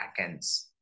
backends